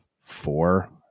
four